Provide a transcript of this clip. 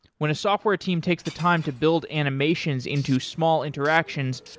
when a software team takes the time to build animations into small interactions,